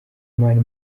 mani